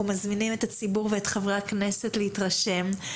אנחנו מזמינים את הציבור ואת חברי הכנסת להתרשם,